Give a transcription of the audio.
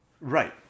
Right